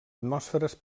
atmosferes